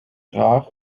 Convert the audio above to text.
graag